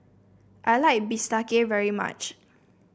I like bistake very much